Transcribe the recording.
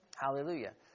Hallelujah